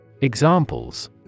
Examples